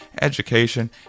education